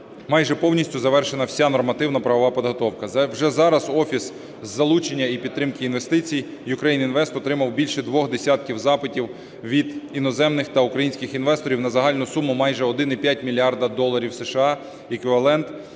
Майже повністю завершена вся нормативно-правова підготовка. Вже зараз Офіс із залучення і підтримки інвестицій UkraineInvest отримав більше двох десятків запитів від іноземних та українських інвесторів на загальну суму в майже 1,5 мільярда доларів США, еквівалент.